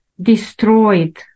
destroyed